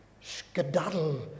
skedaddle